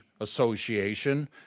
Association